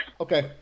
Okay